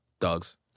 Dogs